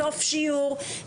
בסוף שיעור,